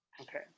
Okay